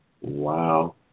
Wow